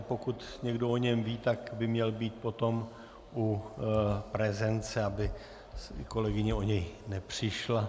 Pokud někdo o něm ví, tak by měl být potom u prezence, aby kolegyně o něj nepřišla.